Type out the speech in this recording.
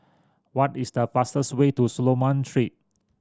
what is the fastest way to Solomon Street